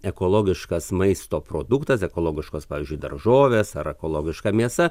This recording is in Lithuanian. ekologiškas maisto produktas ekologiškos pavyzdžiui daržovės ar ekologiška mėsa